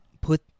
put